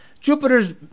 Jupiter's